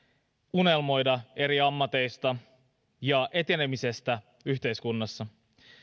unelmoida eri ammateista ja etenemisestä yhteiskunnassa